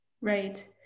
Right